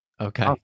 Okay